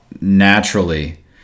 naturally